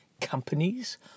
companies